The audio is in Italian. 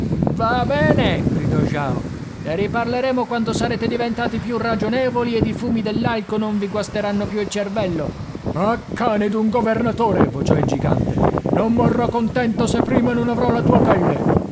va bene gridò jao ne riparleremo quando sarete diventati più ragionevoli ed i fumi dell'alcool non vi guasteranno più il cervello ah cane d'un governatore vociò il gigante non morrò contento se prima non avrò la tua pelle